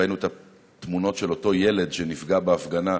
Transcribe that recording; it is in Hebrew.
ראינו את התמונות של אותו ילד שנפגע בהפגנה,